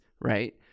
right